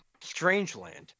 Strangeland